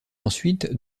ensuite